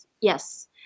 Yes